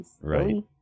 right